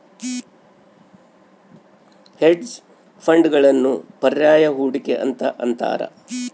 hedge ಫಂಡ್ಗಳನ್ನು ಪರ್ಯಾಯ ಹೂಡಿಕೆ ಅಂತ ಅಂತಾರ